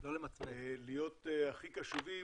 להיות הכי קשובים,